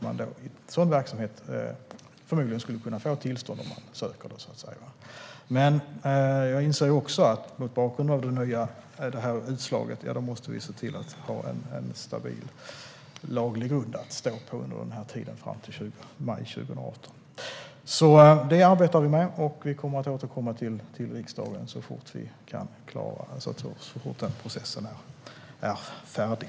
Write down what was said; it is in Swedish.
En sådan verksamhet skulle förmodligen kunna få tillstånd om man söker det. Jag inser också att mot bakgrund av det nya utslaget måste vi se till att ha en stabil laglig grund att stå på under tiden fram till maj 2018. Detta arbetar vi med, och vi kommer att återkomma till riksdagen så fort processen är färdig.